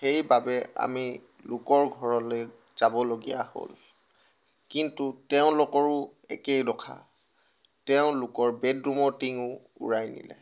সেইবাবে আমি লোকৰ ঘৰলৈ যাবলগীয়া হ'ল কিন্তু তেওঁলোকৰো একেই দশা তেওঁলোকৰ বেডৰুমৰ টিঙো উৰাই নিলে